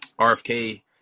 RFK